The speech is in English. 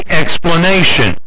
explanation